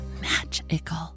magical